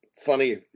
funny